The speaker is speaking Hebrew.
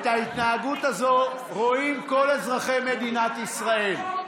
את ההתנהגות הזו רואים כל אזרחי מדינת ישראל.